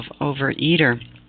overeater